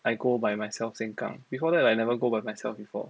I go by myself sengkang before that I never go by myself before